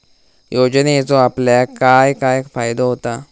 योजनेचो आपल्याक काय काय फायदो होता?